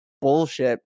bullshit